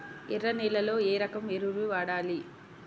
ఎర్ర నేలలో ఏ రకం ఎరువులు వాడాలి?